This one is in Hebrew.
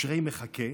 "אשרי מחכה